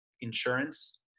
insurance